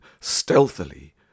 stealthily